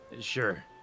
Sure